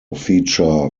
feature